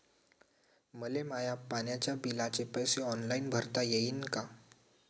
मले माया पाण्याच्या बिलाचे पैसे ऑनलाईन भरता येईन का?